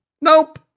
nope